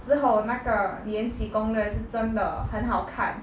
之后那个延禧攻略是真的很好看